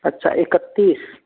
अच्छा इकत्तीस